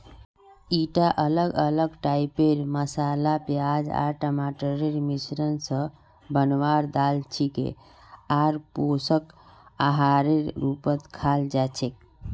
ईटा अलग अलग टाइपेर मसाला प्याज आर टमाटरेर मिश्रण स बनवार दाल छिके आर पोषक आहारेर रूपत खाल जा छेक